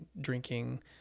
drinking